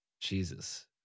Jesus